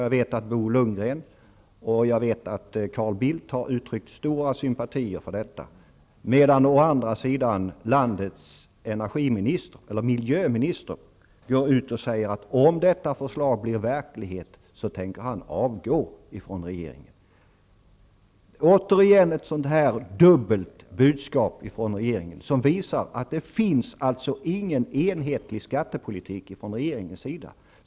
Jag vet att Bo Lundgren och Carl Bildt har uttryckt stor sympati för detta, medan å andra sidan landets miljöminister går ut och säger att han tänker avgå från regeringen om detta förslag blir verklighet. Det är återigen dubbla budskap från regeringen. Det visar att det inte finns någon enhetlig skattepolitik från regeringens sida.